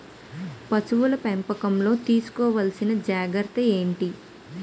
పశువుల పెంపకంలో తీసుకోవల్సిన జాగ్రత్తలు ఏంటి?